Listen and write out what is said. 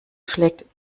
schlägt